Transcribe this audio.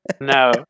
No